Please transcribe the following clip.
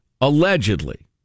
allegedly